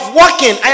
working